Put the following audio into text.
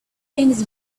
things